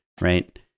right